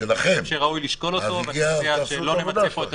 אני חושב שראוי לשקול אותו ואני מציע שלא נמצה פה את